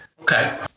Okay